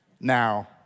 Now